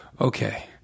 Okay